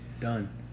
Done